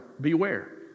Beware